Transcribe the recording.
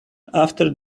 after